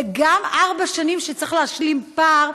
וגם ארבע שנים שצריך להשלים בהן פער,